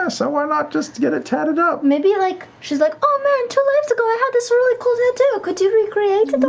ah so why not just to get it tatted up? laura maybe like she's like, oh man two lives ago, i had this really cool tattoo. could you recreate